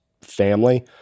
family